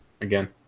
again